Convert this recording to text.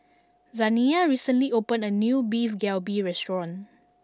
Zaniyah recently opened a new Beef Galbi restaurant